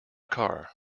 car